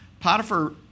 Potiphar